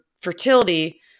fertility